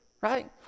right